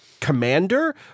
commander